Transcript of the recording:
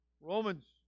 Romans